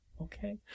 Okay